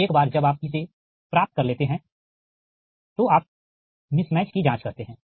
तो एक बार जब आप इसे प्राप्त कर लेते हैं तो आप मिस मैच की जाँच करते हैं